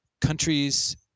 countries